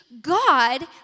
God